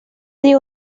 dia